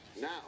Now